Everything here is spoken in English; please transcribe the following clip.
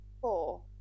Four